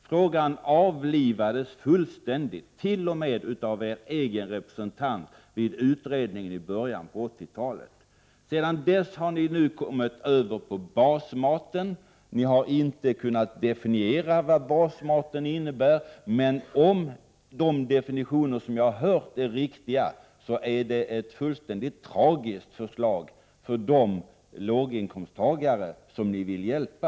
Frågan avlivades fullständigt, t.o.m. av er egen representant, vid utredningen i början av 80-talet. Sedan dess har ni kommit över på basmaten. Ni har inte kunnat definiera vad basmat innebär, men om de definitioner som jag hört talas om är riktiga så är det ett fullständigt tragiskt förslag för de låginkomsttagare som ni vill hjälpa.